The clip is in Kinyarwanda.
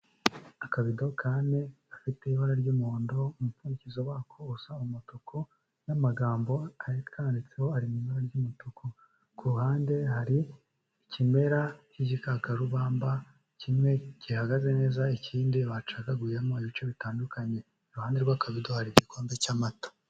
Akabido k'ane gafite ibara ry'umuhondo, umupfandikizo wako usa umutuku n'amagambo akanditseho ari mu ibara ry'umutuku. Ku ruhande hari ikimera cy'igikakarubamba, kimwe gihagaze neza, ikindi bacagaguyemo ibice bitandukanye, iruhande rw'akabido hari igikombe cy'amata.